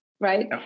right